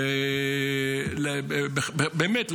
באמת,